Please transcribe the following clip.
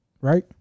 right